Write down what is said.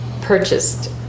purchased